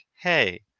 hey